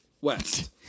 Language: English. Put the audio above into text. West